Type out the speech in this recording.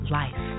life